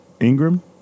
Ingram